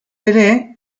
ere